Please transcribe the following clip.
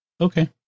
Okay